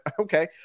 Okay